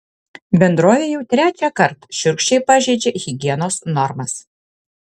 bendrovė jau trečiąkart šiurkščiai pažeidžia higienos normas